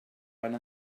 van